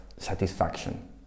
satisfaction